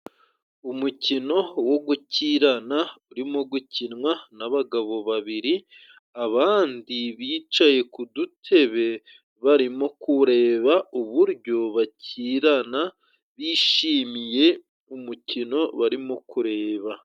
Umukino wo gukirana urimo gukinwa n'abagabo babiri. Abandi bicaye ku dutebe barimo kureba uburyo bakirana, bishimiye umukino barimo kureba.